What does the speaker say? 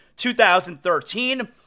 2013